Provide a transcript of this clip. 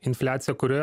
infliacija kuri